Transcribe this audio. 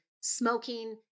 smoking